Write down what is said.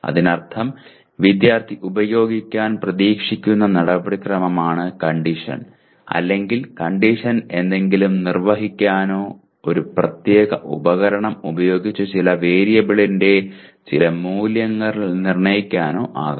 അതിനർത്ഥം വിദ്യാർത്ഥി ഉപയോഗിക്കാൻ പ്രതീക്ഷിക്കുന്ന നടപടിക്രമമാണ് കണ്ടീഷൻ അല്ലെങ്കിൽ കണ്ടീഷൻ എന്തെങ്കിലും നിർവഹിക്കാനോ ഒരു പ്രത്യേക ഉപകരണം ഉപയോഗിച്ച് ചില വേരിയബിളിന്റെ ചില മൂല്യങ്ങൾ നിർണ്ണയിക്കാനോ ആകാം